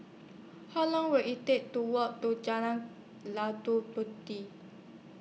How Long Will IT Take to Walk to Jalan Puteh